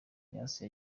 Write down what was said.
yose